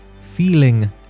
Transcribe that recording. feeling